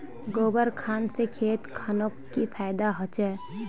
गोबर खान से खेत खानोक की फायदा होछै?